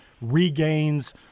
regains